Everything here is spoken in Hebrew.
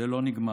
זה לא נגמר.